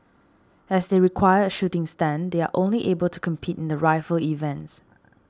as they require a shooting stand they are only able compete in the rifle events